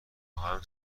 خواهم